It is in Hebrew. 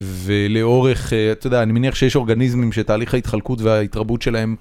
ולאורך, אתה יודע, אני מניח שיש אורגניזמים שתהליך ההתחלקות וההתרבות שלהם.